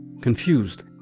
confused